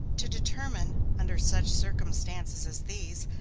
to determine, under such circumstances as these,